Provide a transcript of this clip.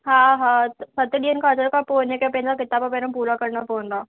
हा हा सत ॾींहंनि खां अचण खां पो हिनखे पंहिंजा किताब पहिरों पूरा करणा पवंदा